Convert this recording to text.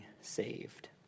saved